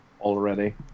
already